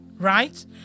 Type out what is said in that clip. right